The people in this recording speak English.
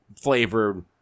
flavored